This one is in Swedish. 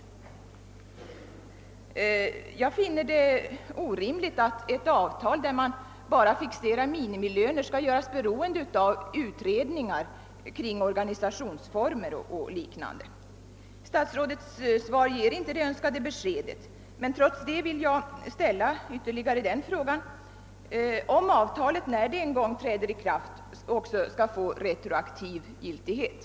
Jag finner det orimligt att ett avtal där man bara fixerar minimilöner skall göras beroende av utredningar kring organisationsformer och liknande. Statsrådets svar ger inte det önskade beskedet, men trots det vill jag ytterligare ställa frågan, om avtalet, när det en gång träder i kraft, skall få retroaktiv giltighet.